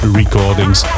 recordings